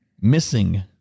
Missing